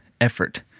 effort